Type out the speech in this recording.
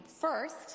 First